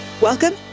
Welcome